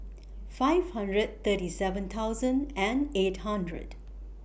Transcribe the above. five hundred thirty seven thousand and eight hundred